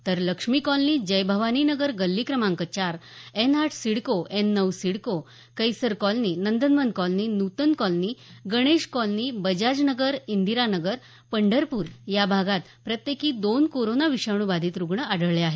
तर लक्ष्मी कॉलनी जय भवानी नगर गल्ली क्रमांक चार एन आठ सिडको एन नऊ CIDCO Kaiser colony Nandanvan colony Nutan colony Ganesh colony Bajaj Nagar Indira Nagar Pandharpur याभागात प्रत्येकी दोन कोराना विषाणू बाधित रुग्ण आढळले आहेत